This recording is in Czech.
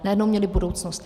Najednou měly budoucnost.